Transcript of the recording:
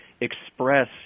express